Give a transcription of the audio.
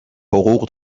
حقوق